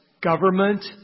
government